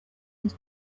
his